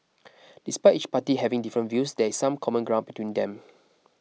despite each party having different views there some common ground between them